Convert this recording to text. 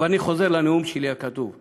אבל אני חוזר לנאום הכתוב שלי,